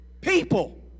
people